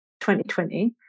2020